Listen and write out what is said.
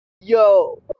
Yo